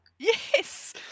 Yes